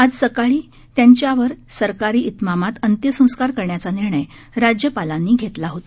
आज सकाळी त्यांच्यावर सरकारी तिमामात अंत्यसंस्कार करण्याचा निर्णय राज्यपालांनी घेतला होता